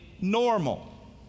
normal